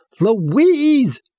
Louise